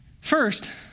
First